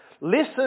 Listen